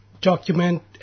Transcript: document